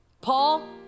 Paul